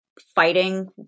fighting